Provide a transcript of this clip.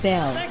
Bell